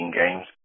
games